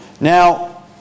Now